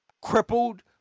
crippled